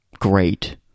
great